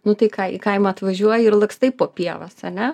nu tai ką į kaimą atvažiuoji ir lakstai po pievas ane